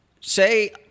Say